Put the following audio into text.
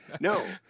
No